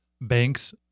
Banks